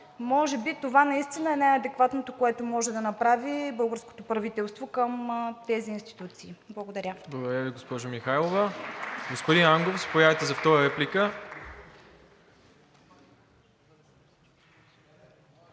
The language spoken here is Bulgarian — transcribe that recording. може би това наистина е най-адекватното, което може да направи българското правителство към тези институции. Благодаря. (Ръкопляскания от ГЕРБ.) Господин Ангов, заповядайте за втора реплика.